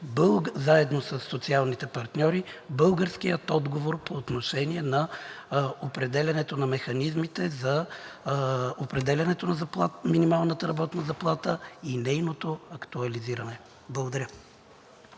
заедно със социалните партньори българския отговор по отношение определянето на механизмите за определянето на минималната работна заплата и нейното актуализиране. Благодаря.